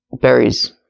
berries